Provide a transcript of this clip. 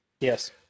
yes